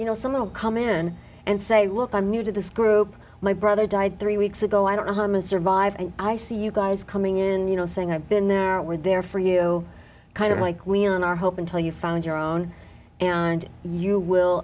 you know some of them come in and say look i'm new to this group my brother died three weeks ago i don't harm and survive and i see you guys coming in you know saying i've been there we're there for you kind of like we're in our hope until you find your own and you will